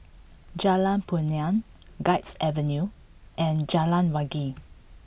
Jalan Punai Guards Avenue and Jalan Wangi